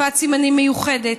שפת סימנים מיוחדת.